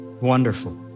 Wonderful